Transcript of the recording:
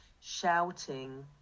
shouting